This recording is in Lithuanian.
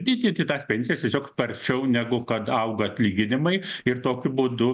didinti tas pensijas tiesiog sparčiau negu kad auga atlyginimai ir tokiu būdu